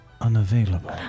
unavailable